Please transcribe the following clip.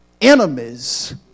enemies